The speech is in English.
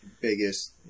biggest